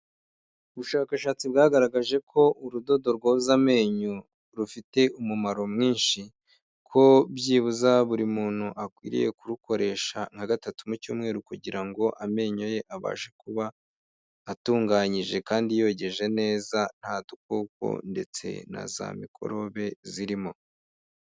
Ubushakashatsi bwagaragaje ko urudodo rwoza amenyo rufite umumaro mwinshi, ko byibuze buri muntu akwiriye kurukoresha nka gatatu mu cyumweru kugira ngo amenyo ye abashe kuba atunganyije kandi yogeje neza, nta dukoko ndetse na za mikorobe zirimo.